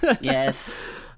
yes